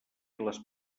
les